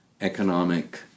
economic